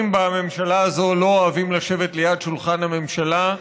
בממשלה הזו לא אוהבים לשבת ליד שולחן הממשלה.